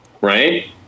right